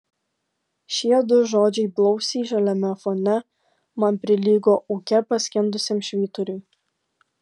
šie du žodžiai blausiai žaliame fone man prilygo ūke paskendusiam švyturiui